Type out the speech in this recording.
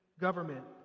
government